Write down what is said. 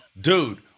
Dude